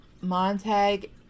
Montag